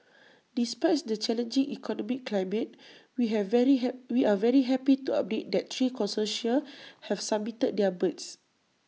despite the challenging economic climate we have very hat we're very happy to update that three consortia have submitted their bids